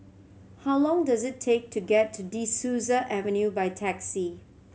how long does it take to get to De Souza Avenue by taxi